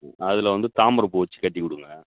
ம் அதில் வந்து தாமரைப்பூ வச்சுக் கட்டிக் கொடுங்க